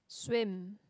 swim